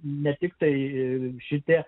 ne tiktai ir šitie